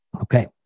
Okay